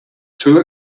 too